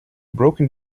broken